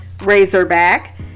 razorback